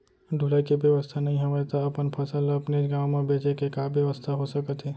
ढुलाई के बेवस्था नई हवय ता अपन फसल ला अपनेच गांव मा बेचे के का बेवस्था हो सकत हे?